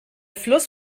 fluss